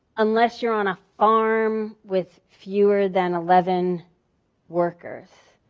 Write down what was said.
unless you're on a farm with fewer than eleven workers.